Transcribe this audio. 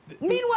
Meanwhile